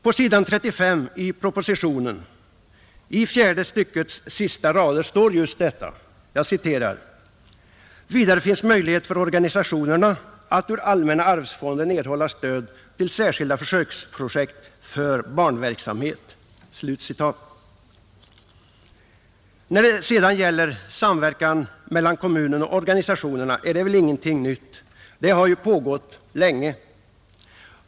På sidan 35 i propositionen, i fjärde styckets sista rader står just detta: ”Vidare finns möjlighet för organisationerna att ur allmänna arvsfonden erhålla stöd till särskilda försöksprojekt för barnverksamhet.” Samverkan mellan kommunen och organisationerna är heller ingenting nytt. Den har ju pågått länge.